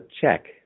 check